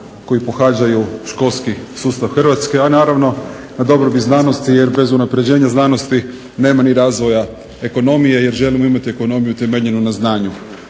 koji pohađaju školski sustav Hrvatske, a naravno na dobrobit znanosti jer bez unapređenja znanosti nema ni razvoja ekonomije jer želimo imati ekonomiju temeljenu na znanju.